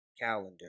calendar